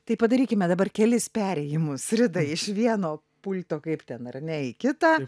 tai padarykime dabar kelis perėjimus ridai iš vieno pulto kaip ten ar ne į kitą